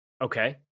Okay